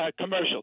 commercial